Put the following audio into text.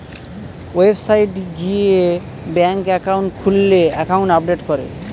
website গিয়ে bank account খুললে account update করে